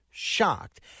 shocked